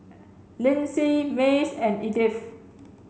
Lynsey Mace and Edyth